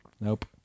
Nope